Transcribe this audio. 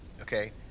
okay